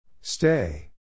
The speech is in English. Stay